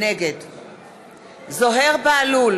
נגד זוהיר בהלול,